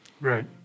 Right